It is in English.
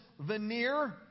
veneer